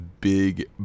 big